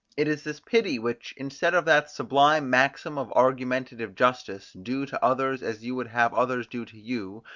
it is this pity which, instead of that sublime maxim of argumentative justice, do to others as you would have others do to you,